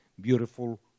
beautiful